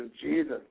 Jesus